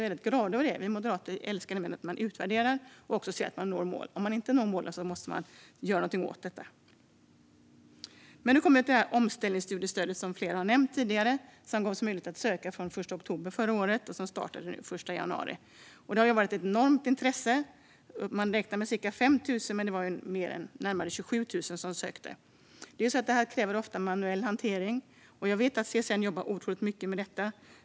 Vi moderater älskar utvärdering, och om målen inte nås måste något göras. Jag kommer nu till omställningsstudiestödet, som flera har nämnt tidigare. Det har kunnat sökas sedan 1 oktober förra året och betalas ut sedan den 1 januari. Det har varit ett enormt intresse. Man räknade med ca 5 000 ansökningar, men det var närmare 27 000 som sökte. Sådant kräver ofta manuell hantering, och jag vet att CSN jobbar otroligt mycket med detta.